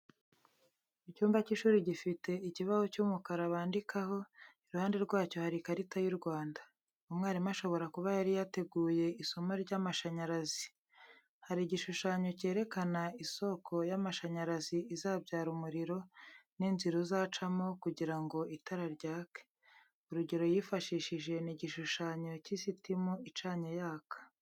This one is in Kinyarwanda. Icyumba cy'ishuri gifite ikibaho cy'umukara bandikaho, iruhande rwacyo hari ikarita y'u Rwanda. Umwarimu ashobora kuba yari yateguye isomo ry'amashanyarazi. Hari igishushanyo kerekana isoko y'amashanyarazi izabyara umuriro, n'inzira uzacamo kugira ngo itara ryake. Urugero yifashishije ni igishunyo cy'isitimu icanye yaka.